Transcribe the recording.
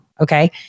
okay